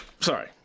Sorry